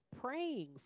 praying